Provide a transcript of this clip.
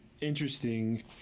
Interesting